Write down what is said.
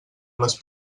les